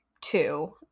two